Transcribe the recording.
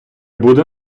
буде